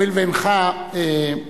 הואיל ואינך אורח,